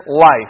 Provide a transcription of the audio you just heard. life